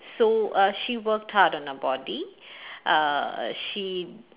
so uh she worked hard on her body uh she